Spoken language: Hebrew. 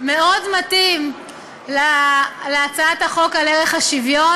מאוד מתאים להצעת החוק על ערך השוויון.